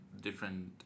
different